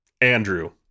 Andrew